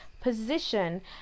position